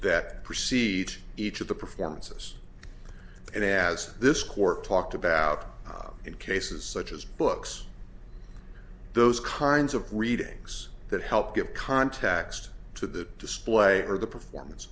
that precedes each of the performances and as this court talked about in cases such as books those kinds of readings that help give context to the display or the performance